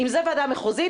אם זה הוועדה המחוזית,